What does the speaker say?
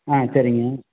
ஆ சரிங்க